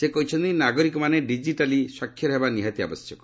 ସେ କହିଛନ୍ତି ନାଗରିକମାନେ ଡିଜିଟାଲି ସ୍ୱାକ୍ଷର ହେବା ନିହାତି ଆବଶ୍ୟକ